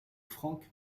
frank